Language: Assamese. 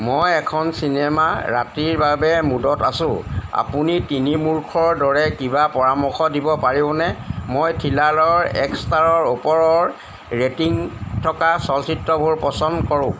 মই এখন চিনেমা ৰাতিৰ বাবে মুডত আছোঁ আপুনি তিনি মূৰ্খৰ দৰে কিবা পৰামৰ্শ দিব পাৰিবনে মই থ্ৰিলাৰৰ এক ষ্টাৰৰ ওপৰৰ ৰেটিং থকা চলচ্চিত্ৰবোৰ পচন্দ কৰোঁ